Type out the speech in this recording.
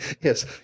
Yes